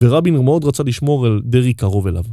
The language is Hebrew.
ורבין מאוד רצה לשמור על דרעי קרוב אליו.